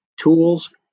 tools